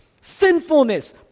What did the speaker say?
sinfulness